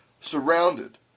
surrounded